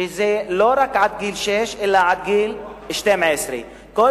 שזה יהיה לא רק עד גיל שש אלא עד גיל 12. כל